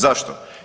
Zašto?